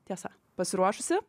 tiesa pasiruošusi